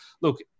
look